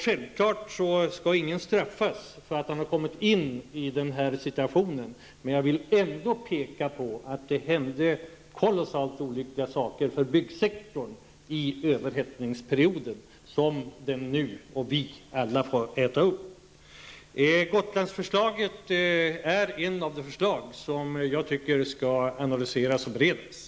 Självfallet skall ingen straffas för att han har hamnat i den här situationen. Jag vill ändå peka på att det hände kolossalt olyckliga saker för byggsektorn i överhettningsperioden, som denna sektor nu liksom alla andra får äta upp. Gotlandsförslaget är ett av de förslag som jag tycker skall analyseras och beredas.